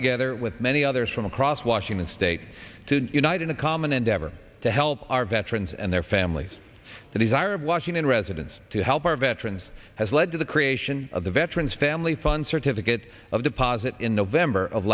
together with many others from across washington state to unite in a common endeavor to help our veterans and their families that is arab washington residents to help our veterans has led to the creation of the veterans family fun certificate of deposit in november of